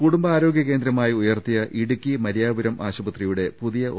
കുടുംബാരോഗ്യ കേന്ദ്രമായി ഉയർത്തിയ ഇടുക്കി മരിയാപുരം ആശുപത്രിയുടെ പുതിയ ഒ